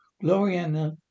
Gloriana